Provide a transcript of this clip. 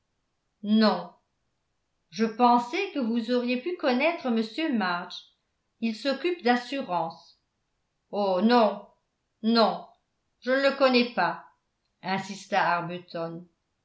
non je pensais que vous auriez pu connaître m march il s'occupe d'assurances oh non non je ne le connais pas insista